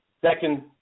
second